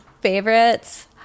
favorites